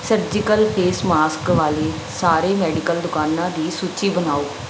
surgical face mask ਵਾਲੀ ਸਾਰੇ medical ਦੁਕਾਨਾਂ ਦੀ ਸੂਚੀ ਬਣਾਓ